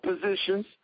positions